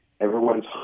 Everyone's